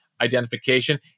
identification